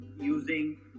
using